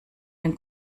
den